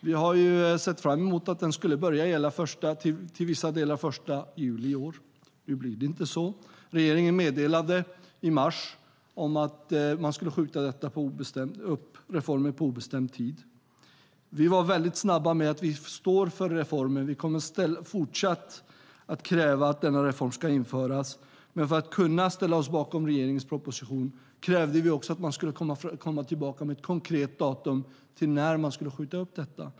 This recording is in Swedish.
Vi har sett fram emot att den till vissa delar skulle börja gälla från den 1 juli i år. Nu blir det inte så. Regeringen meddelade i mars att man skulle skjuta upp reformen på obestämd tid. Vi var mycket snabba med att framföra att vi står bakom reformen och fortsatt kommer att kräva att denna reform ska införas. Men för att kunna ställa oss bakom regeringens proposition krävde vi också att man skulle komma tillbaka med ett konkret datum till vilket man skulle skjuta upp detta.